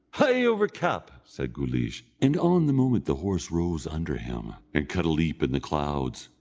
hie over cap! said guleesh and on the moment the horse rose under him, and cut a leap in the clouds,